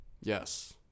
Yes